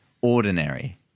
ordinary